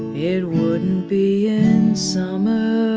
yeah wouldn't be in summer.